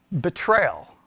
Betrayal